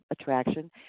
attraction